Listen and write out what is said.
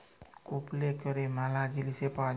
কুপলে ক্যরে ম্যালা জিলিস পাউয়া যায়